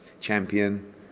champion